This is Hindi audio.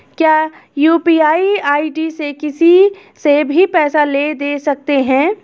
क्या यू.पी.आई आई.डी से किसी से भी पैसे ले दे सकते हैं?